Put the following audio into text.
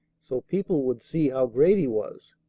so people would see how great he was.